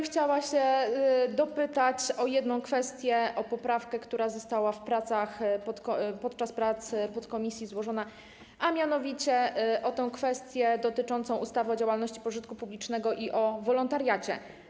Chciałabym się dopytać o jedną kwestię, o poprawkę, która została podczas prac podkomisji złożona, a mianowicie o kwestię dotyczącą ustawy o działalności pożytku publicznego i o wolontariacie.